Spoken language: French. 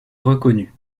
reconnues